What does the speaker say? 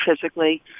physically